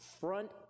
front